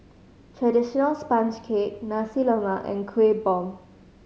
traditional sponge cake Nasi Lemak and Kuih Bom